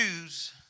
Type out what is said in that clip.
news